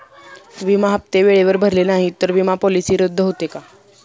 विमा हप्ते वेळेवर भरले नाहीत, तर विमा पॉलिसी रद्द होते का?